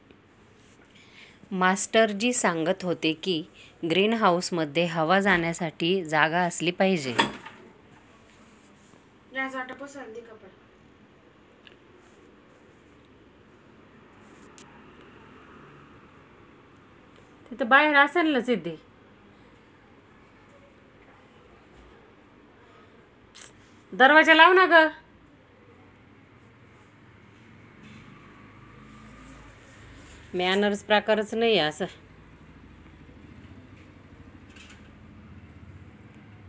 master ji सांगत होते की ग्रीन हाऊसमध्ये हवा जाण्यासाठी जागा असली पाहिजे